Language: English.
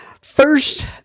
first